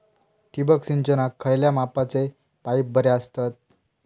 ठिबक सिंचनाक खयल्या मापाचे पाईप बरे असतत?